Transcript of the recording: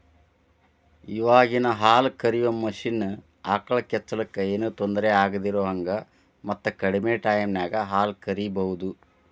ಇವಾಗಿನ ಹಾಲ ಕರಿಯೋ ಮಷೇನ್ ಆಕಳ ಕೆಚ್ಚಲಕ್ಕ ಏನೋ ತೊಂದರೆ ಆಗದಿರೋಹಂಗ ಮತ್ತ ಕಡಿಮೆ ಟೈಮಿನ್ಯಾಗ ಹಾಲ್ ಕರಿಬಹುದು